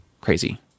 Crazy